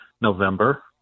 November